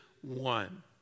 one